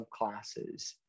subclasses